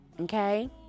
Okay